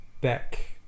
back